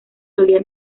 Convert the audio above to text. solía